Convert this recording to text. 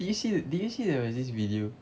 did you see the did you see there was this video